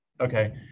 okay